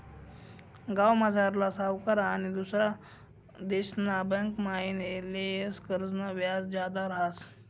गावमझारला सावकार आनी दुसरा देशना बँकमाईन लेयेल कर्जनं व्याज जादा रहास